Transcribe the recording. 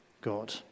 God